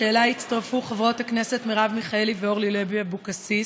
ואלי הצטרפו חברות הכנסת מרב מיכאלי ואורלי לוי אבקסיס,